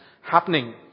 happening